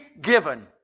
given